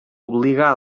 obligà